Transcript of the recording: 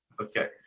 Okay